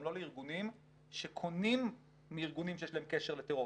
גם לא לארגונים שקונים מארגונים שיש להם קשר לטרור,